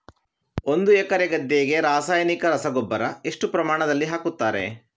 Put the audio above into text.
ಒಂದು ಎಕರೆ ಗದ್ದೆಗೆ ರಾಸಾಯನಿಕ ರಸಗೊಬ್ಬರ ಎಷ್ಟು ಪ್ರಮಾಣದಲ್ಲಿ ಹಾಕುತ್ತಾರೆ?